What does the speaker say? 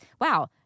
Wow